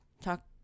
Talk